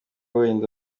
wenda